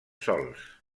sols